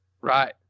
Right